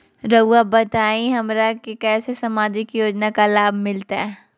रहुआ बताइए हमरा के कैसे सामाजिक योजना का लाभ मिलते?